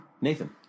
Nathan